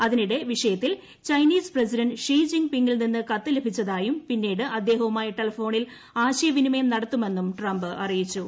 അതിനിടെ വിഷയത്തിൽ Chinese president ഷിജിങ്പിങ്ങിൽ നിന്ന് കത്ത് ലഭിച്ചതായും പിന്നീട് അദ്ദേഹ്വുമായി ടെലിഫോണിൽ ആശയവിനിമയം നടത്തുമെന്നും ട്രംപ്പ് അറിയിച്ചു